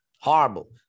Horrible